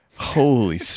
Holy